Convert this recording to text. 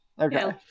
Okay